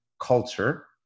culture